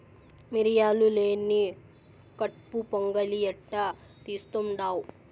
మిరియాలు లేని కట్పు పొంగలి ఎట్టా తీస్తుండావ్